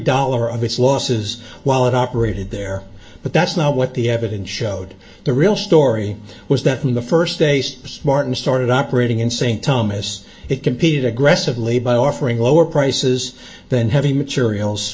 dollar of its losses while it operated there but that's not what the evidence showed the real story was that in the first ace martin started operating in st thomas it compete aggressively by offering lower prices than heavy materials